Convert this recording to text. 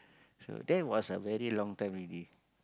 sure that was a very long time already